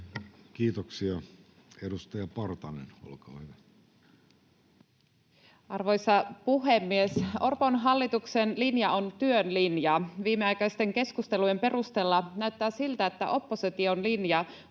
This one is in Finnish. Time: 15:57 Content: Arvoisa puhemies! Orpon hallituksen linja on työn linja. Viimeaikaisten keskusteluiden perusteella näyttää siltä, että opposition linja